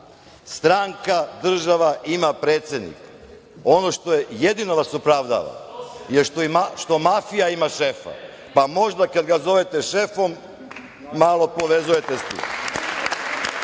Stranka, država ima predsednica. Ono što, jedino vas opravdava, je to što mafija ima šefa, pa možda kad ga zovete šefom malo povezujete sa